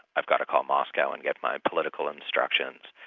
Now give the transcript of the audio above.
i've got to call moscow and get my political instructions.